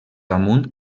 amunt